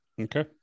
Okay